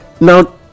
now